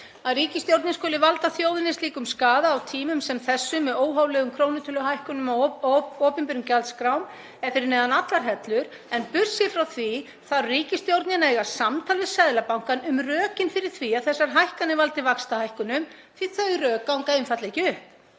Að ríkisstjórnin skuli valda þjóðinni slíkum skaða á tímum sem þessum með óhóflegum krónutöluhækkunum á opinberum gjaldskrám er fyrir neðan allar hellur. En burt séð frá því þarf ríkisstjórnin að eiga samtal við Seðlabankann um rökin fyrir því að þessar hækkanir valdi vaxtahækkunum því þau rök ganga einfaldlega